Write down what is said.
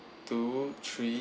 two three